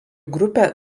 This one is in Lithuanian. grupę